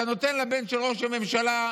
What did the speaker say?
אתה נותן לבן של ראש הממשלה,